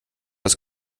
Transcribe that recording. wird